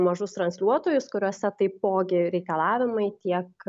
mažus transliuotojus kuriuose taipogi reikalavimai tiek